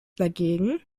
dagegen